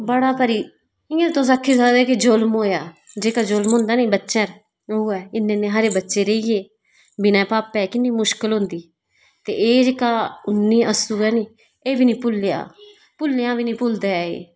बड़ा बारी इयां बी तुस आक्खी सकदे हो जुल्म होआ जेहका जुल्म होंदा नेई होऐ इन्ने इन्ने सारे बच्चे रेही गे बिना पापा किन्नी मुश्किल होंदी ते एह् जेहका उन्नी अस्सु है नी एह् बी नेई भुलेलआ भुल्लेआ बी नेई भुलदा एह्